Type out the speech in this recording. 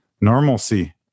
normalcy